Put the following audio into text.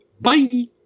bye